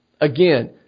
Again